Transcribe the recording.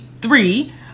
three